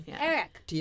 Eric